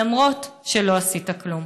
למרות שלא עשית כלום.